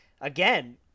again